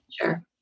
Sure